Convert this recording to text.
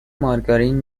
مارگارین